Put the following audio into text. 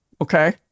Okay